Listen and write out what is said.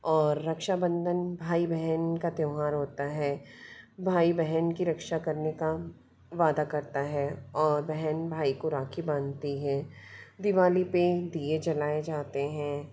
और रक्षाबंधन भाई बहन का त्यौहार होता है भाई बहन की रक्षा करने का वादा करता है और बहन भाई को राखी बनती है दिवाली पर दिए जलाए जाते हैं